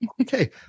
Okay